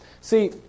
See